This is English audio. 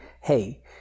hey